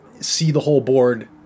see-the-whole-board